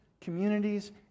communities